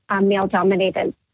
male-dominated